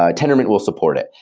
ah tendermint will support it.